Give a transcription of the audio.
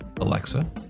Alexa